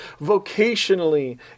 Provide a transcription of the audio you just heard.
vocationally